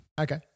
Okay